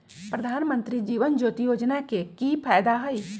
प्रधानमंत्री जीवन ज्योति योजना के की फायदा हई?